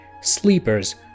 Sleepers